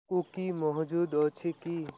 cookie ମହଜୁଦ ଅଛି କି